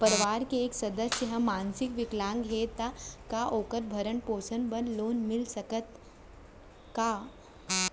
परवार के एक सदस्य हा मानसिक विकलांग हे त का वोकर भरण पोषण बर लोन मिलिस सकथे का?